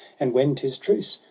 and when tis truce,